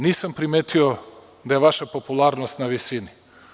Nisam primetio da je vaša popularnost na visini.